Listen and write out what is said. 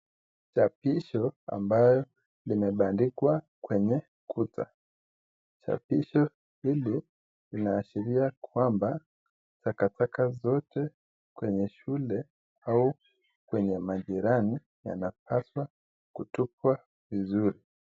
Chapisho ambayo imebandikwa kwenye kuta. Chapisho hilo linaashiria kwamba takataka zote kwenye shule au kwenye majirani yanapaswa kutupwa vizuri.